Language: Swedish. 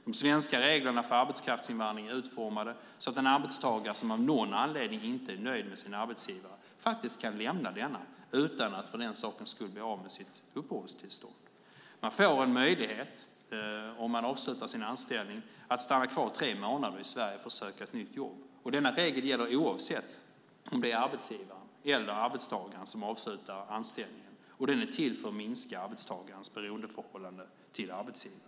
De svenska reglerna för arbetskraftsinvandring är utformade så att en arbetstagare som av någon anledning inte är nöjd med sin arbetsgivare kan lämna denna utan att för den sakens skull bli av med sitt uppehållstillstånd. Om man avslutar sin anställning får man en möjlighet att stanna kvar tre månader i Sverige för att söka ett nytt jobb. Denna regel gäller oavsett om det är arbetsgivaren eller arbetstagaren som avslutar anställningen, och den är till för att minska arbetstagarens beroendeförhållande till arbetsgivaren.